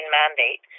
mandate